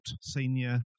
senior